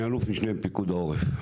אני אלוף משנה פיקוד העורף,